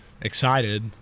excited